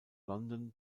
london